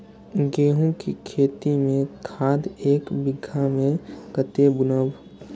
गेंहू के खेती में खाद ऐक बीघा में कते बुनब?